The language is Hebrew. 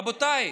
רבותיי,